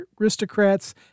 aristocrats